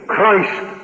Christ